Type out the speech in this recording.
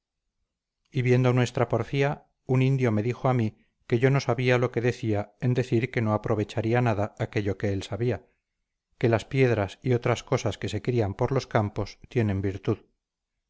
y viendo nuestra porfía un indio me dijo a mí que yo no sabía lo que decía en decir que no aprovecharía nada aquello que él sabía que las piedras y otras cosas que se crían por los campos tienen virtud